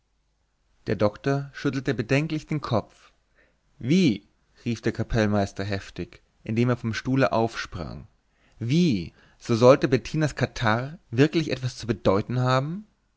der doktor schüttelte bedenklich den kopf wie rief der kapellmeister heftig indem er vom stuhle aufsprang wie so sollte bettinas katarrh wirklich etwas zu bedeuten haben